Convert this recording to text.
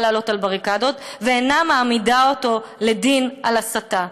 לעלות על בריקדות ואינה מעמידה אותו לדין על הסתה.